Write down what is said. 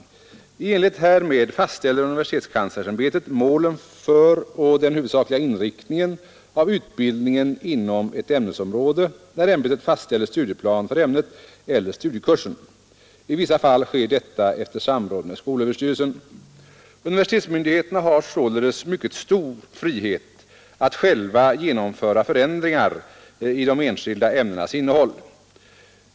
I enlighet härmed fastställer universitetskanslersämbetet målen för och den huvudsakliga inriktningen av utbildningen inom ett ämnesområde när ämbetet fastställer studieplan för ämnet eller studiekursen. I vissa fall sker detta efter samråd med skolöverstyrelsen. Universitetsmyndigheterna har således mycket stor frihet att själva genomföra förändringar i de enskilda ämnenas innehåll.